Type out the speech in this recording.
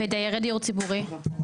ודיירי דיור ציבורי?